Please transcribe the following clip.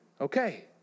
Okay